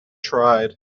tried